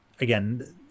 again